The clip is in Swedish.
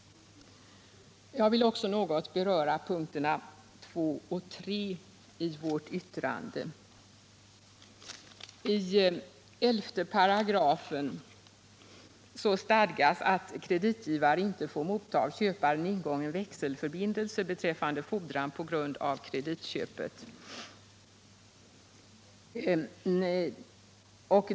Jag vill också något beröra punkterna 2 och 3 i vårt yttrande. Punkten 2 gäller stadgandet i 11 § att kreditgivare inte får motta av köparen ingången växelförbindelse beträffande fordran på grund av kreditköpet.